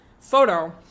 photo